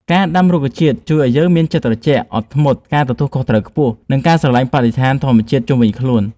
ការដាំរុក្ខជាតិជួយឱ្យយើងមានចិត្តត្រជាក់ អត់ធ្មត់ មានការទទួលខុសត្រូវខ្ពស់ និង ស្រឡាញ់បរិស្ថានធម្មជាតិជុំវិញខ្លួន។